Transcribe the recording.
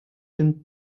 den